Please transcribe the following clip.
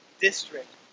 district